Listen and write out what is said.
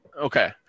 Okay